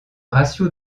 ratio